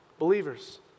Believers